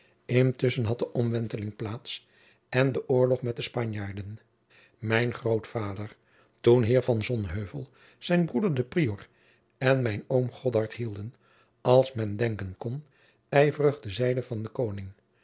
intusschen had de omwenteling plaats en de oorlog met de spanjaarden mijn grootvader toen heer van sonheuvel zijn broeder de prior en mijn oom godard hielden als men denken kon ijverig de zijde van den koning